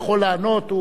יכול לענות,